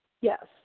Yes